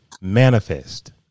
manifest